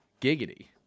giggity